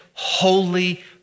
Holy